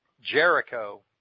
Jericho